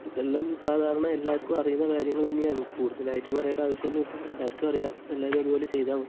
ഇതെല്ലാം സാധാരണ എല്ലാവർക്കും അറിയുന്ന കാര്യങ്ങൾ തന്നെയാണ് കൂടുതലായിട്ട് പറയേണ്ട ആവശ്യം ഒന്നും ഇല്ല എല്ലാവർക്കും അറിയാം എല്ലാവരും അതുപോലെ ചെയ്താൽ മതി